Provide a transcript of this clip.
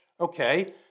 okay